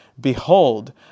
Behold